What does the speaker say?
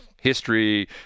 History